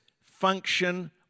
function